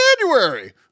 January